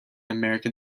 american